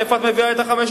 מאיפה את מביאה את ה-5,000?